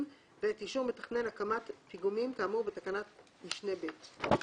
ואת אישור מתכנן הקמת פיגומים כאמור בתקנת משנה (ב)."